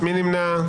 מי נמנע?